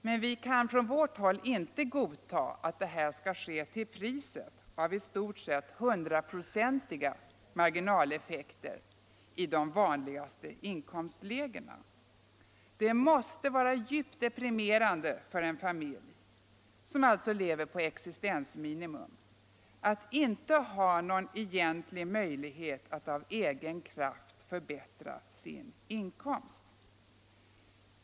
Men vi kan från vårt håll inte godta att detta skall ske till priset av i stort sett hundraprocentiga marginaleffekter i de vanligaste inkomstlägena. Det måste vara djupt deprimerande för en familj — som alltså lever på existensminimum =— att inte ha någon egentlig möjlighet att av egen kraft förbättra sin inkomst.